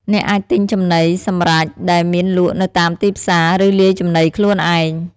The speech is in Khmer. អ្នកអាចទិញចំណីសម្រេចដែលមានលក់នៅតាមទីផ្សារ ឬលាយចំណីខ្លួនឯង។